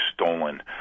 stolen